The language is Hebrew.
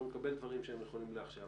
אנחנו נקבל דברים שהם נכונים לעכשיו.